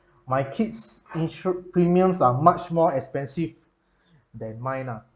my kids insured premiums are much more expensive than mine ah